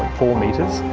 four metres.